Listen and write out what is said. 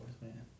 man